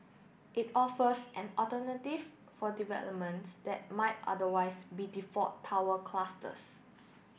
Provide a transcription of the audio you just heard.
it offers an alternative for developments that might otherwise be default tower clusters